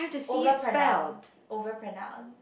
over pronounce over pronounce